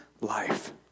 life